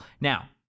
Now